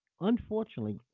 unfortunately